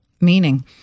Meaning